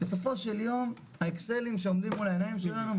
בסופו של יום האקסלים שעומדים מול העיניים שלנו,